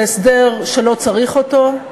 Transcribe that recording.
זה הסדר שלא צריך אותו,